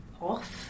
off